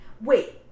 Wait